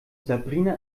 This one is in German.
sabrina